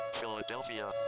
Philadelphia